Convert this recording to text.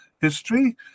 history